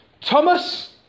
Thomas